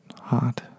hot